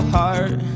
heart